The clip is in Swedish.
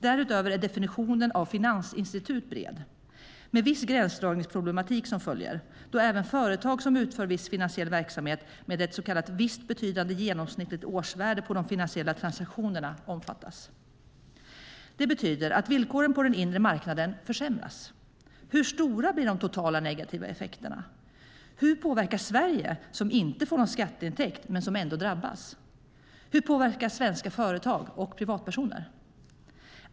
Därutöver är definitionen av finansinstitut bred, med viss gränsdragningsproblematik som följd, då även företag som utför viss finansiell verksamhet med ett så kallat visst betydande genomsnittligt årsvärde på de finansiella transaktionerna omfattas. Det betyder att villkoren på den inre marknaden försämras. Hur stora blir de totala negativa effekterna? Hur påverkas Sverige, som inte får någon skatteintäkt men som ändå drabbas? Hur påverkas svenska företag och privatpersoner?